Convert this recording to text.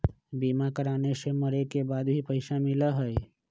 बीमा कराने से मरे के बाद भी पईसा मिलहई?